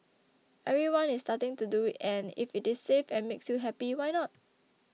everyone is starting to do it and if it is safe and makes you happy why not